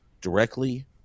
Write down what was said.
directly